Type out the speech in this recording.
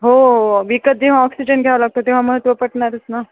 हो हो विकत जेव्हा ऑक्सिजन घ्यावं लागतं तेव्हा महत्त्व पटणारच ना